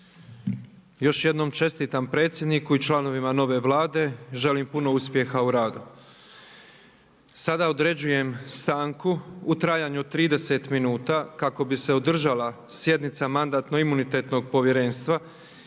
Još jednom predsjedniku i članovima nove Vlade, želim puno uspjeha u radu. Sada određujem stanku u trajanju od 30 minuta kako bi se održala sjednica Mandatno-imunitetnog povjerenstva.